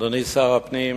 אדוני שר הפנים,